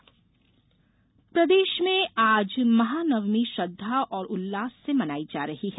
महानवमी प्रदेश में आज महानवमी श्रद्धा और उल्लास से मनाई जा रही है